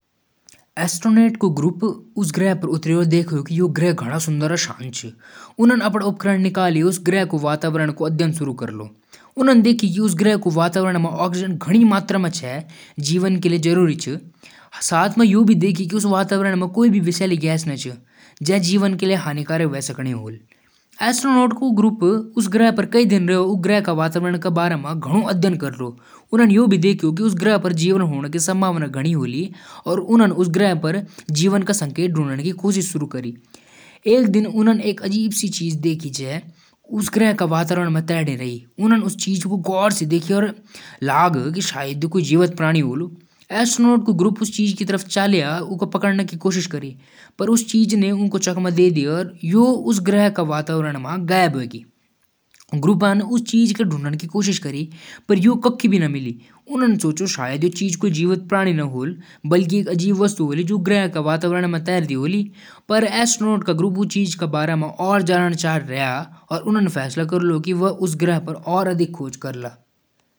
क्योंकि मुन आप बड़ अच्छे स जाणदु। अपण जब उदास हो, त मुणी आपके आँख देखकु सब पता चल जालु। आपक हंसी देखण म सुकून मिल्दु। जब भी आप परेशान होलु, म कोशिश करदु कि आप मुस्कुरा ल्यु। मणु मालुम होलु कि जिंदगी म हर दिन एक जैसा नी होलु। इसलैं, साथ दीण और खुशी बांटण जरूरी हुइ। आपक हंसण म ही मणु खुशी मिल्दु।